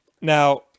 Now